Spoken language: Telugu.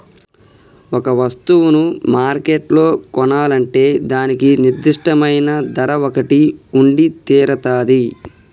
ఒక వస్తువును మార్కెట్లో కొనాలంటే దానికి నిర్దిష్టమైన ధర ఒకటి ఉండితీరతాది